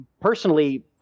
personally